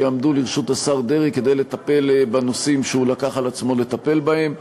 שיעמדו לרשות השר דרעי כדי לטפל בנושאים שהוא לקח על עצמו לטפל בהם.